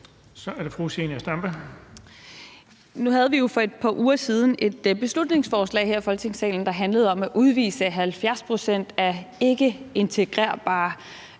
Kl. 12:44 Zenia Stampe (RV): Nu havde vi jo for et par uger siden et beslutningsforslag her i Folketingssalen, der handlede om at udvise 70 pct. af ikkeintegrerbare